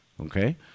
Okay